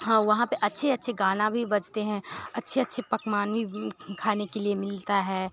हाँ वहाँ पर अच्छे अच्छे गाने भी बजते हैं अच्छे अच्छे पकवान भी खाने के लिए मिलते हैं